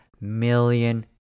million